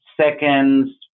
seconds